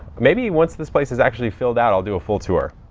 maybe once this place is actually filled out, i'll do a full tour.